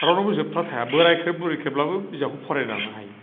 रावनियाबो जोबथा थाया बोराइख्रेब बुरैख्रेब्लाबो बिजाबखौ फरायलांनो हायो